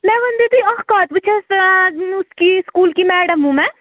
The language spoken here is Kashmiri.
مےٚ وَنٛۍ تو تُہۍ اکھ کَتھ بہٕ چھَس اس کی سکوٗل کی میڈم ہوں میں